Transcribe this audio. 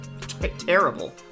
terrible